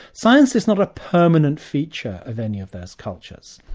science is not a permanent feature of any of those cultures.